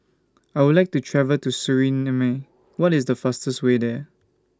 I Would like to travel to Suriname What IS The fastest Way There